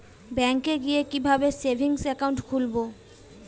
ব্যাঙ্কে গিয়ে কিভাবে সেভিংস একাউন্ট খুলব?